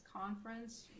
conference